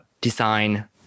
design